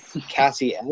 Cassie